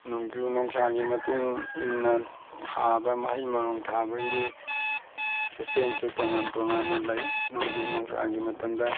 ꯅꯣꯡꯖꯨ ꯅꯨꯡꯁꯥꯒꯤ ꯃꯇꯨꯡ ꯏꯟꯅ ꯊꯥꯕ ꯃꯍꯩ ꯃꯔꯣꯡ ꯊꯥꯕꯒꯤ ꯁꯤꯁꯇꯦꯝꯁꯨ ꯇꯣꯉꯥꯟ ꯇꯣꯉꯥꯟꯅ ꯂꯩ ꯅꯣꯡꯖꯨ ꯅꯨꯡꯁꯥꯒꯤ ꯃꯇꯝꯗ